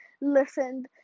listened